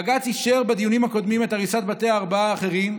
בג"ץ אישר בדיונים הקודמים את הריסת בתי הארבעה האחרים.